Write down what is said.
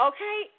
Okay